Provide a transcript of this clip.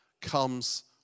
comes